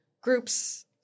groups